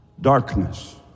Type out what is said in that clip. darkness